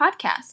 Podcast